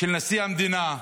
של נשיא המדינה,